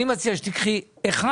אני מציע שתיקחי עמותות ערביות,